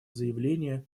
заявление